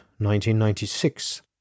1996